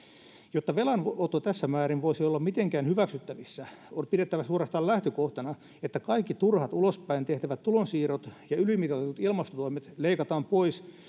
jotta velanotto tässä määrin voisi olla mitenkään hyväksyttävissä on pidettävä suorastaan lähtökohtana että kaikki turhat ulospäin tehtävät tulonsiirrot ja ylimitoitetut ilmastotoimet leikataan pois